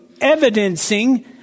evidencing